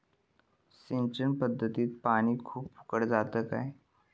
सिंचन पध्दतीत पानी खूप फुकट जाता काय?